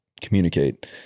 communicate